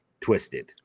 Twisted